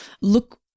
Look